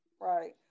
Right